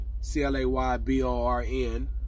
C-L-A-Y-B-O-R-N